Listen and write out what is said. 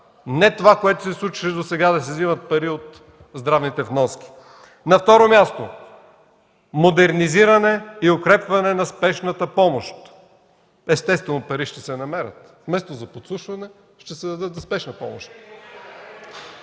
Не това, което се случваше досега – да се вземат пари от здравните вноски. На второ място, модернизиране и укрепване на Спешната помощ. Естествено пари ще се намерят – вместо за подслушване, ще се дадат за Спешна помощ.